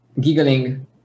Giggling